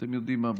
אתם יודעים מה?